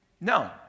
No